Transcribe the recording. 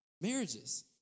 marriages